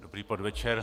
Dobrý podvečer.